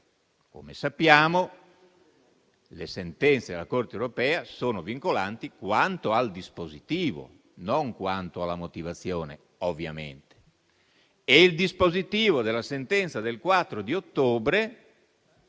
Come sappiamo, le sentenze della Corte europea sono vincolanti quanto al dispositivo, non quanto alla motivazione, ovviamente. E il dispositivo della sentenza del 4 ottobre